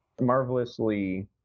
Marvelously